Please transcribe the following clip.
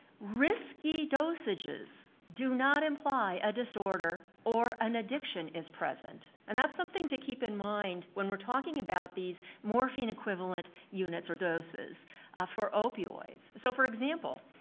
risky dosages do not imply a disorder or an addiction is present. and that's something to keep in mind when we're talking about these morphine-equivalent units or doses for opioids. so for example,